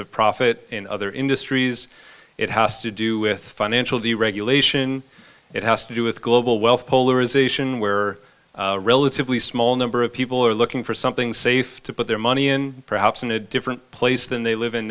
of profit in other industries it has to do with financial deregulation it has to do with global wealth polarization where relatively small number of people are looking for something safe to put their money in perhaps in a different place than they live in